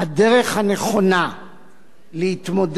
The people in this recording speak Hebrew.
הדרך הנכונה להתמודד